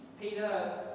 Peter